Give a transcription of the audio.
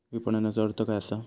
विपणनचो अर्थ काय असा?